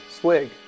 swig